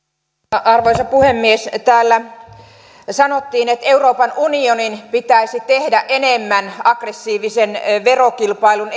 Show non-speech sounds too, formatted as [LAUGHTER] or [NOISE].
arvoisa puhemies täällä sanottiin että euroopan unionin pitäisi tehdä enemmän aggressiivisen verokilpailun [UNINTELLIGIBLE]